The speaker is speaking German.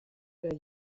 bei